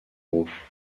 groupe